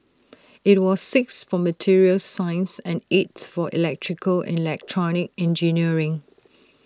IT was sixth for materials science and eighth for electrical and electronic engineering